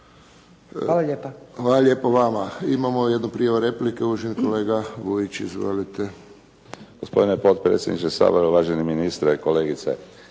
Josip (HSS)** Hvala lijepo vama. Imamo jednu prijavu replike. Uvaženi kolega Vujić. Izvolite. **Vujić, Antun (SDP)** Gospodine potpredsjedniče Sabora, uvaženi ministre, kolegice.